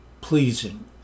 pleasing